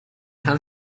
han